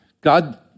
God